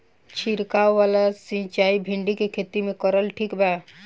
छीरकाव वाला सिचाई भिंडी के खेती मे करल ठीक बा?